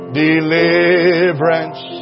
deliverance